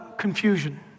confusion